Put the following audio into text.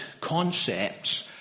concepts